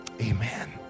Amen